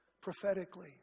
prophetically